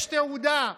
יש תעודה,